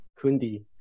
Kundi